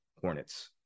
Hornets